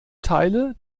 teile